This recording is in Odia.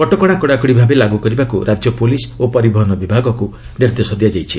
କଟକଣା କଡ଼ାକଡ଼ି ଭାବେ ଲାଗ୍ର କରିବାକୁ ରାଜ୍ୟ ପ୍ରଲିସ୍ ଓ ପରିବହନ ବିଭାଗକୁ ନିର୍ଦ୍ଦେଶ ଦିଆଯାଇଛି